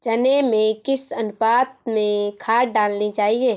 चने में किस अनुपात में खाद डालनी चाहिए?